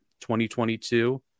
2022